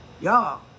Y'all